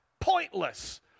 pointless